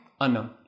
Unknown